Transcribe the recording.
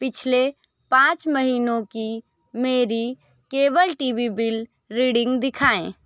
पिछले पाँच महीनों की मेरी केवल टी वी बिल रीडिंग दिखाएं